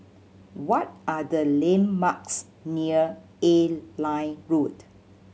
what are the landmarks near Airline Road